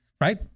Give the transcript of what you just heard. right